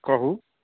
कहु